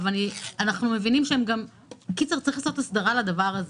צריך לעשות הסדרה לדבר הזה.